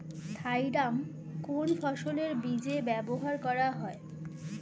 Thiram কোন ফসলের বীজে ব্যবহার করা হয়?